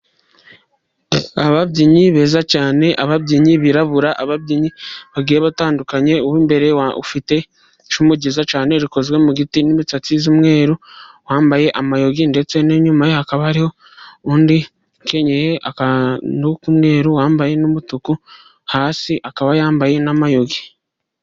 Ababyinnyi beza cyane, ababyinnyi birabura, ababyinnyi bagiye batandukanye. Uw’imbere ufite icumu ryiza cyane rikozwe mu giti, n’imisatsi y’umweru, wambaye amayogi. Ndetse n'inyuma ye hakaba hariho undi ukenyeye akantu ku mweru, wambaye n’umutuku, hasi akaba yambaye n’amayogi.